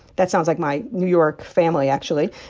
that sounds like my new york family, actually